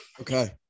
Okay